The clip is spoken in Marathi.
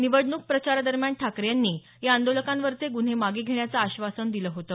निवडणूक प्रचारादरम्यान ठाकरे यांनी या आंदोलकांवरचे गुन्हे मागे घेण्याचं आश्वासन दिलं होतं